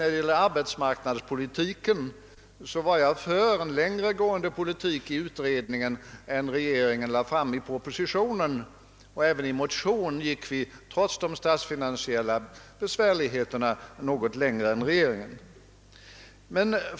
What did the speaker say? När det gällde arbetsmarknadspolitiken var jag som medlem av utredningen förespråkare för en längre gående politik än det förslag regeringen sedan lade fram i propositionen. Trots de statsfinansiella besvärligheterna gick vi i folkpartiet även i en motion något längre än regeringen.